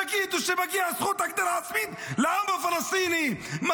תגידו שמגיעה לעם הפלסטיני זכות להגדרה עצמית,